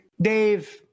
Dave